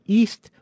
east